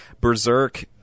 Berserk